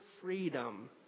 freedom